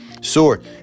sword